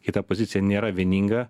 kai ta pozicija nėra vieninga